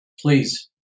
Please